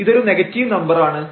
ഇതൊരു negative number ആണ്